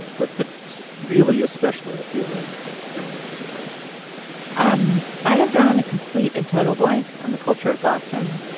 and but but really especially i feel like like franny and zoe um i have drawn a complete and total blank on the culture of boston,